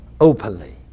openly